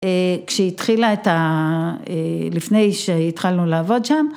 ‫כשהתחילה את ה... ‫לפני שהתחלנו לעבוד שם.